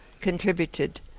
contributed